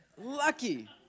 lucky